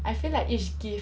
I feel like each gift